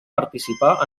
participar